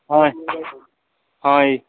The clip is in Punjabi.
ਹਾਂ ਹਾਂ ਜੀ